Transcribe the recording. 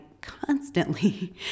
constantly